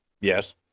Yes